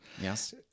yes